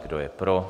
Kdo je pro?